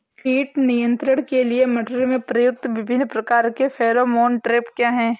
कीट नियंत्रण के लिए मटर में प्रयुक्त विभिन्न प्रकार के फेरोमोन ट्रैप क्या है?